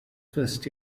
first